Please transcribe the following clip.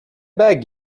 beg